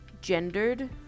gendered